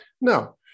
No